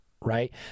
right